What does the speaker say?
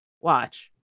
watch